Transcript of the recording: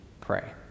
pray